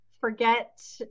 forget